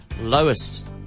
lowest